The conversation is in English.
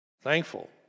thankful